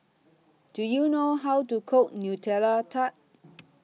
Do YOU know How to Cook Nutella Tart